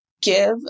give